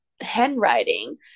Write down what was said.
handwriting